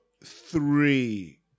three